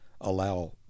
allow